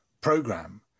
program